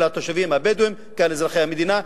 של התושבים הבדואים כאזרחי המדינה,